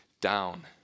down